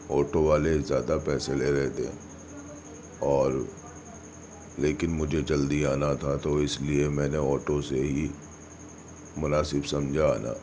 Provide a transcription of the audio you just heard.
auto والے زیادہ پیسے لے رہے تھے اور لیکن مجھے جلدی آنا تھا تو اس لیے میں نے آٹو سے ہی مناسب سمجھا آنا